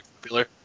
popular